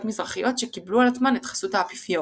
מזרחיות שקיבלו על עצמן את חסות האפיפיור.